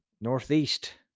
northeast